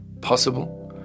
possible